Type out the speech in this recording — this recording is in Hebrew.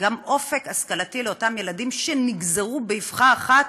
גם אופק השכלתי לאותם ילדים שנגזרו באבחה אחת